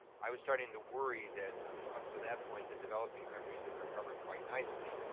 i was starting to worry that up to that point the developing countries had recovered quite nicely.